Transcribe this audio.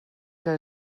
que